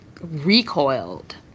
recoiled